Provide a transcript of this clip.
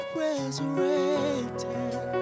resurrected